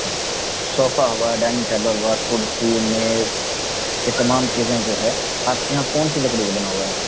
اچھا صوفہ ہوا ڈائننگ ٹیبل ہوا کرسی میز یہ تمام چیزیں جو ہے آپ کے یہاں کون سی لکڑی کا بنا ہوا ہے